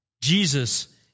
Jesus